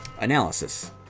Analysis